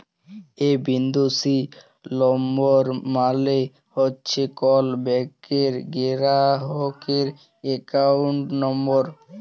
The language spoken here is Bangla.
এ বিন্দু সি লম্বর মালে হছে কল ব্যাংকের গেরাহকের একাউল্ট লম্বর